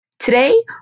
Today